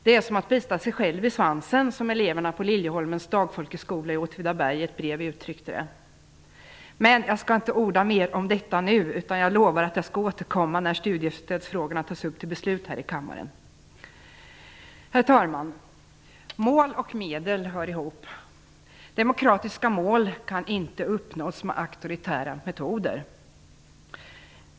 Det är som att bita sig själv i svansen, som eleverna vid Liljeholmens dagfolkhögskola i Åtvidaberg i ett brev uttryckte det. Men jag skall inte orda mer om detta nu utan lovar att återkomma när studiestödsfrågorna tas upp för beslut här i kammaren. Herr talman! Mål och medel hör ihop. Demokratiska mål kan inte uppnås med auktoritära metoder.